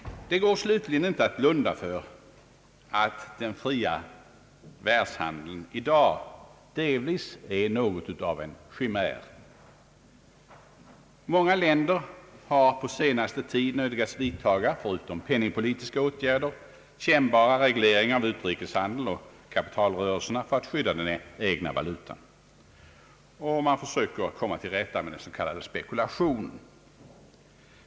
Det går inte att blunda för att den fria världshandeln i dag är något av en chimär. Många länder har på senaste tiden nödgats vidtaga, förutom penningpolitiska åtgärder, kännbara regleringar av utrikeshandeln och kapitalrörelserna för att skydda den egna valutan. Och man försöker komma till rätta med den s.k. spekulationen.